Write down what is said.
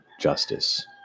justice